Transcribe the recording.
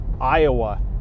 Iowa